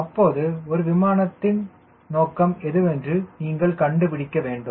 அப்போது ஒரு விமானத்தின் நோக்கம் எதுவென்று நீங்கள் கண்டுபிடிக்க வேண்டும்